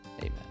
amen